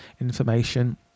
information